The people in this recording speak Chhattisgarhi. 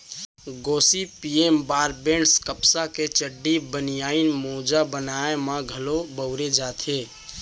गोसिपीयम बारबेडॅन्स कपसा के चड्डी, बनियान, मोजा बनाए म घलौ बउरे जाथे